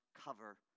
cover